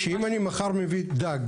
אם אני מחר מביא דג